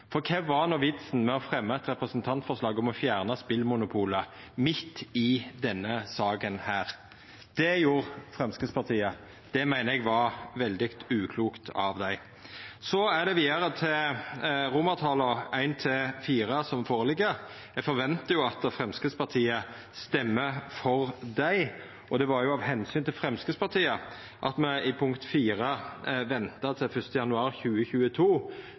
Kva var vitsen med å fremja eit representantforslag om å fjerna spelmonopolet midt i denne saka? Det gjorde Framstegspartiet, og det meiner eg var veldig uklokt av dei. Så til forslaga til vedtak I–IV i saka: Eg forventar at Framstegspartiet stemmer for dei. Det var jo av omsyn til Framstegspartiet me føreslo IV, om å venta til 1. januar 2022,